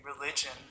religion